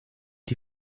die